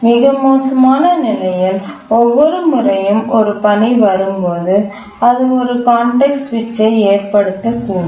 மிக மோசமான நிலையில் ஒவ்வொரு முறையும் ஒரு பணி வரும்போது அது ஒரு கான்டெக்ஸ்ட் சுவிட்சை ஏற்படுத்தக்கூடும்